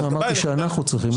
לא אמרתי שאנחנו צריכים.